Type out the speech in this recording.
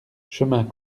chemin